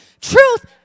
Truth